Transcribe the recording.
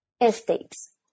estates